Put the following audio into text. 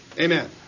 Amen